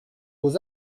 aux